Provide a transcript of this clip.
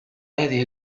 هذه